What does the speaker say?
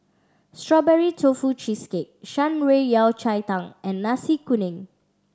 Strawberry Tofu Cheesecake Shan Rui Yao Cai Tang and Nasi Kuning